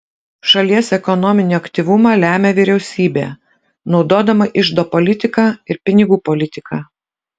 šalies ekonominį aktyvumą lemia vyriausybė naudodama iždo politiką ir pinigų politiką